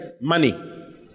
money